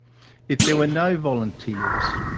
if there were no volunteers,